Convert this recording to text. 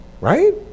right